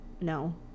No